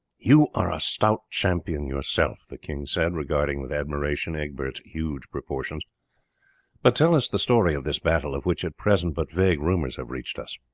you are a stout champion yourself, the king said, regarding with admiration egbert's huge proportions but tell us the story of this battle, of which at present but vague rumours have reached us.